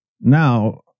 Now